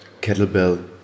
Kettlebell